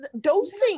dosing